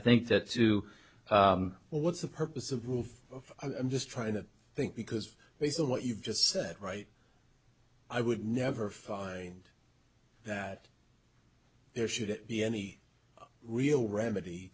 think that to well what's the purpose of proof of i'm just trying to think because based on what you've just said right i would never find that there should be any real remedy